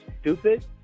stupid